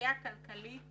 ולסייע כלכלית